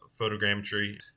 photogrammetry